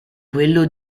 quello